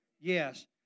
Yes